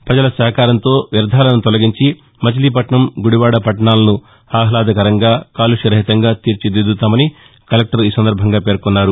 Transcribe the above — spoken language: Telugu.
ప్రపజల సహకారంతో వ్యర్థాలను తొలగించి మచిలీపట్నం గుడివాడ పట్లణాలను ఆహ్లాదకరంగా కాలుష్యరహితంగా తీర్చిదిద్దుతామని కలెక్టర్ పేర్కొనారు